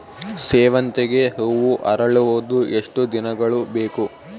ಸೇವಂತಿಗೆ ಹೂವು ಅರಳುವುದು ಎಷ್ಟು ದಿನಗಳು ಬೇಕು?